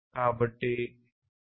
కాబట్టి IEEE 802